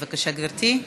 בבקשה, גברתי.